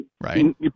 Right